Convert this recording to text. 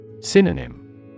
Synonym